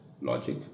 logic